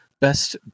best